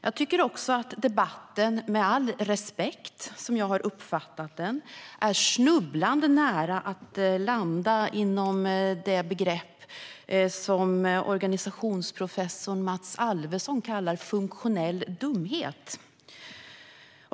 Jag tycker också, med all respekt, att debatten, som jag har uppfattat den, är snubblande nära att landa i det begrepp som organisationsprofessor Mats Alvesson kallar funktionell dumhet.